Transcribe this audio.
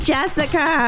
Jessica